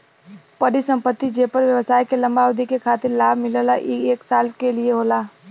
परिसंपत्ति जेपर व्यवसाय के लंबा अवधि के खातिर लाभ मिलला ई एक साल के लिये होला